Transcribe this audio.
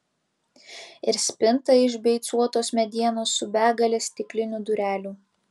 ir spinta iš beicuotos medienos su begale stiklinių durelių